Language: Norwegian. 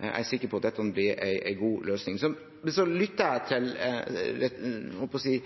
Jeg er sikker på at dette blir en god løsning. Men så lyttet jeg til